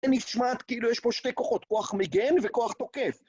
נשמעת כאילו יש פה שני כוחות, כוח מגן וכוח תוקף.